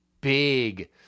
big